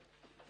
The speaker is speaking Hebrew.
התשע"ז-2016,